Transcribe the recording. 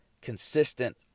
consistent